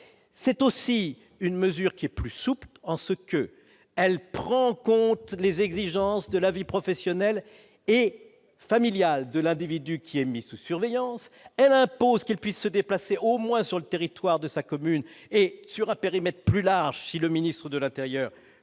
c'est aussi une mesure qui est plus souple en ce qu'elle prend en compte les exigences de la vie professionnelle et familiale de l'individu qui est mis sous surveillance, elle impose qu'ils puisse se déplacer au moins sur le territoire de sa commune et sur un périmètre plus large si le ministre de l'Intérieur